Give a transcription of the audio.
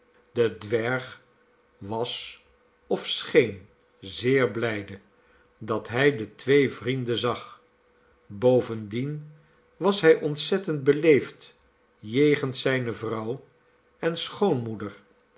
de dwerg was of scheen zeer blijde dat hij de twee vrienden zag bovendien was hij ontzettend beleefd jegens zijne vrouw en schoonmoeder